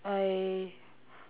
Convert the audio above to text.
I